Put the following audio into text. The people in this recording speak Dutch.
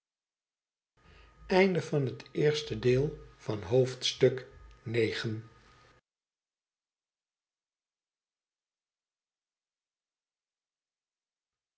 hoofdstuk van het eerste deel van het